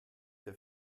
der